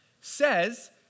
says